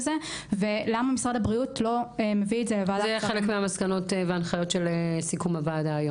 זה ולמה משרד הבריאות לא מביא את זה לוועדת השרים.